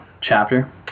chapter